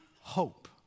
hope